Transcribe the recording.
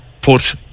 put